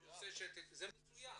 זה מצוין.